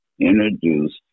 introduced